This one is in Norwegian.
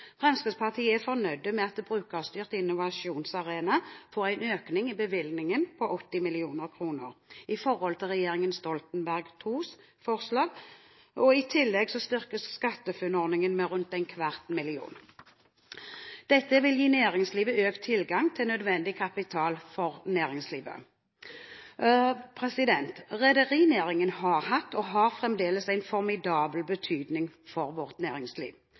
Fremskrittspartiet er fornøyd med at Brukerstyrt innovasjonsarena får en økning i bevilgningen på 80 mill. kr i forhold til regjeringen Stoltenberg IIs forslag. I tillegg styrkes SkatteFUNN-ordningen med rundt en kvart milliard kroner. Dette vil gi næringslivet økt tilgang til nødvendig kapital for næringslivet. Rederinæringen har hatt, og har fremdeles, en formidabel betydning for vårt næringsliv.